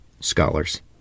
Scholars